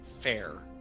fair